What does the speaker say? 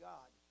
God